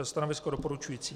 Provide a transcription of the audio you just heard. Stanovisko doporučující.